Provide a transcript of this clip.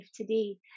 today